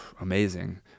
amazing